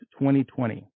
2020